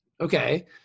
Okay